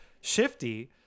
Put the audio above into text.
shifty